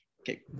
Okay